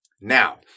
Now